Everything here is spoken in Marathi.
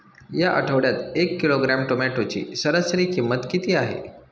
या आठवड्यात एक किलोग्रॅम टोमॅटोची सरासरी किंमत किती आहे?